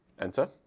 enter